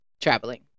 traveling